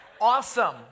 awesome